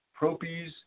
propies